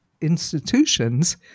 institutions